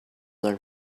learn